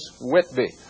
Whitby